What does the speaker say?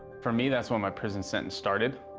for me that's when my prison sentence started.